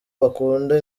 bakunda